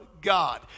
god